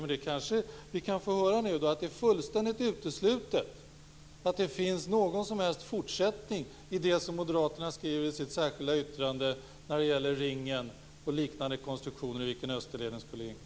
Men vi kanske kan få höra nu att det är fullständigt uteslutet att det finns någon som helst fortsättning på det som moderaterna skriver om i sitt särskilda yttrande när det gäller ringen och liknande konstruktioner, i vilken Österleden skulle ingå.